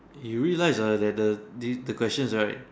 you realize ah that the the questions right